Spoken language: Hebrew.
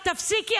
תפסיקי,